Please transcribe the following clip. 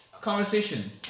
Conversation